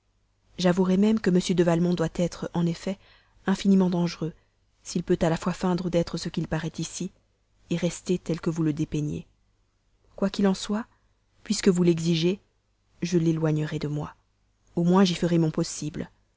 j'avouerai même que m de valmont doit être en effet infiniment dangereux s'il peut à la fois feindre d'être ce qu'il paraît ici rester tel que vous le dépeignez quoi qu'il en soit puisque vous l'exigez je l'éloignerai de moi au moins j'y ferai mon possible